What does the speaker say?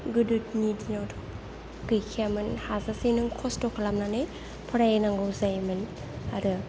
गोदोनि दिनावथ' गैखायामोन हाजासे नों खस्त खालामनानै फरायनांगौ जायोमोन आरो